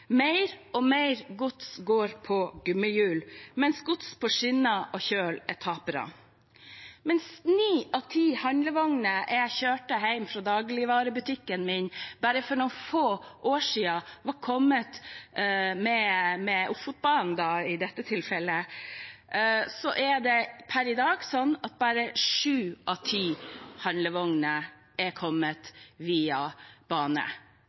Mer og mer gods går på gummihjul, mens gods på skinner og kjøl er tapere. Mens ni av ti handlevogner jeg kjørte hjem fra dagligvarebutikken for bare noen få år siden kom med Ofotbanen, er det bare sju av ti handlevogner som kommer via jernbanen i dag. Jernbanen blir taperen her. Punkt tre handler om sikkerhetsspørsmål, som er